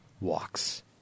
walks